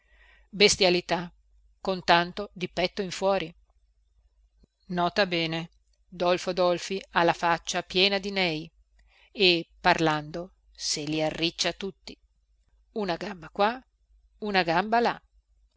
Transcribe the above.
bestialità con tanto di petto in fuori nota bene dolfo dolfi ha la faccia piena di nèi e parlando se li arriccia tutti una gamba qua una gamba là